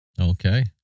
Okay